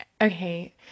Okay